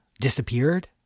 disappeared